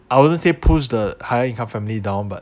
I wouldn't say push the higher income family down but